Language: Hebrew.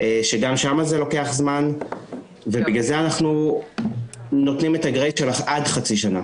שגם שם זה לוקח זמן ובגלל זה אנחנו נותנים את הגרייס של עד חצי שנה.